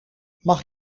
mag